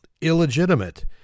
illegitimate